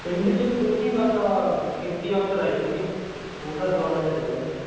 ਪਿੰਡ 'ਚ ਕੁਛ ਨੀ ਬਸ ਆਹ ਖੇਤੀ ਅਫਸਰ ਆਏ ਸੀਗੇ ਉਹ ਦਾ ਰੌਲਾ ਜਿਹਾ ਸੀ ਕੱਲ੍ਹ